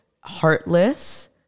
heartless